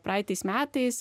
praeitais metais